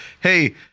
hey